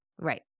Right